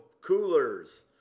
coolers